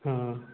ହଁ